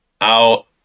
out